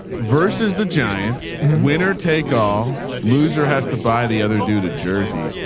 versus the giants winner take all loser has to buy the other due to jersey.